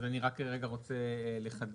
אז אני רק רגע רוצה לחדד.